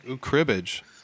cribbage